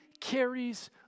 carries